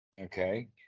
Okay